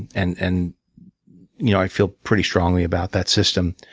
and and you know i feel pretty strongly about that system.